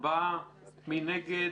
4 נגד,